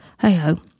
Hey-ho